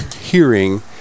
hearing